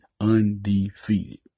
undefeated